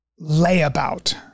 layabout